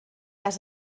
has